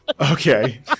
Okay